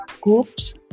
groups